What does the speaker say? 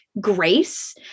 grace